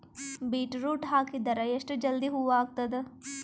Beetroot ಹಾಕಿದರ ಎಷ್ಟ ಜಲ್ದಿ ಹೂವ ಆಗತದ?